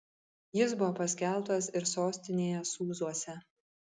jis buvo paskelbtas ir sostinėje sūzuose